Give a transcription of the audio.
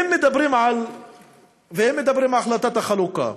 אם מדברים על החלטת החלוקה,